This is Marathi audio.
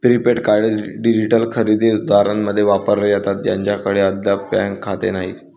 प्रीपेड कार्ड डिजिटल खरेदी दारांद्वारे वापरले जातात ज्यांच्याकडे अद्याप बँक खाते नाही